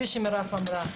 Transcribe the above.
כפי שמירב אמרה,